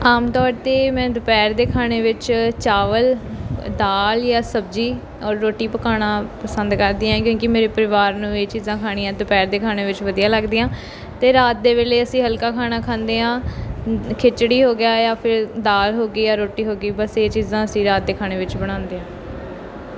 ਆਮ ਤੌਰ 'ਤੇ ਮੈਂ ਦੁਪਹਿਰ ਦੇ ਖਾਣੇ ਵਿੱਚ ਚਾਵਲ ਦਾਲ਼ ਜਾਂ ਸਬਜ਼ੀ ਔਰ ਰੋਟੀ ਪਕਾਉਣਾ ਪਸੰਦ ਕਰਦੀ ਹਾਂ ਕਿਉਂਕਿ ਮੇਰੇ ਪਰਿਵਾਰ ਨੂੰ ਇਹ ਚੀਜ਼ਾਂ ਖਾਣੀਆਂ ਦੁਪਹਿਰ ਦੇ ਖਾਣੇ ਵਿੱਚ ਵਧੀਆ ਲੱਗਦੀਆਂ ਅਤੇ ਰਾਤ ਦੇ ਵੇਲੇ ਅਸੀਂ ਹਲਕਾ ਖਾਣਾ ਖਾਂਦੇ ਹਾਂ ਖਿਚੜੀ ਹੋ ਗਿਆ ਯਾ ਫਿਰ ਦਾਲ਼ ਹੋ ਗਈ ਯਾ ਰੋਟੀ ਹੋ ਗਈ ਬਸ ਇਹ ਚੀਜ਼ਾਂ ਅਸੀਂ ਰਾਤ ਦੇ ਖਾਣੇ ਵਿੱਚ ਬਣਾਉਂਦੇ ਹਾਂ